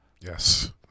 Yes